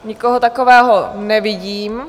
Nikoho takového nevidím.